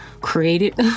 created